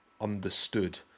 understood